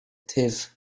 thief